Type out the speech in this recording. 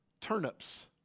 turnips